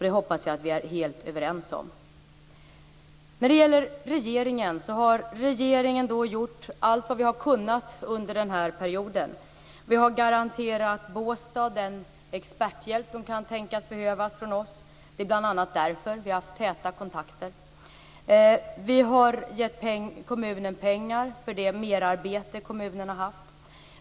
Det hoppas jag att vi är helt överens om Vi i regeringen har gjort allt vad vi har kunnat under den här perioden. Vi har garanterat Båstad den experthjälp som kan tänkas behövas. Det är bl.a. därför kontakterna har varit täta. Vi har gett kommunen pengar för det merarbete som den haft.